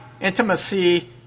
intimacy